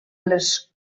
les